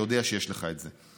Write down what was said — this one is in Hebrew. ויודע שיש לך את זה.